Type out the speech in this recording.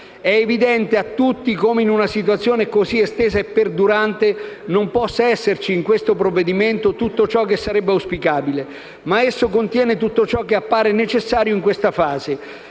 È evidente a tutti come, in una situazione così estesa e perdurante, non possa esserci in questo provvedimento tutto ciò che sarebbe auspicabile. Esso contiene, però, tutto ciò che appare necessario in questa fase.